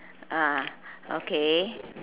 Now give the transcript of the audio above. ah okay